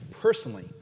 personally